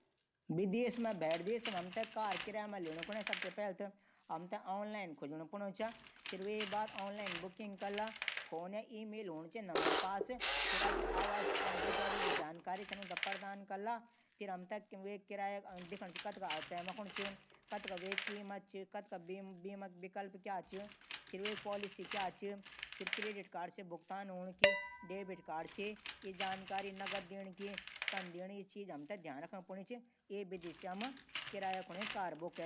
विदेश मा भैर देश मा हमथै कार किराया मा लीणू कुने सबसे पैली आनलाईन सर्च कन चैंद। फिर वे बाद आनलाइन बुकिंग कला। फोन और इमेल हूण चैद हमर पास फिर अपडी जरूरी जानकारी छन उथैं प्रदान कला। फिर डिटेल पढला किराया कतका टैम कुने कतका कीमत च बीमा विकल्प क्या च। फिर पॉलिसी क्या च। फिर य भी दिकण की भुगतान क्रेडिट कार्ड से या डेबिट कार्ड से हो। नकद दीण की य सब कुछ ये विधी से हम कार बुक कै सकदा।